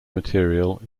material